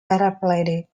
paraphyletic